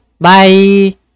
Bye